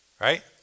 right